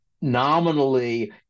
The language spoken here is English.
nominally